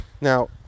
Now